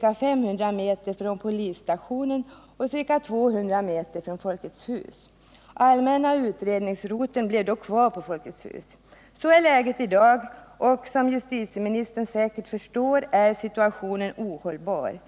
ca 500 m från polisstationen och ca 200 m från Folkets hus. Allmänna utredningsroteln blev kvar på Folkets hus. Så är läget i dag, och som justitieministern säkert förstår är situationen ohållbar.